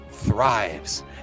thrives